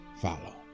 follow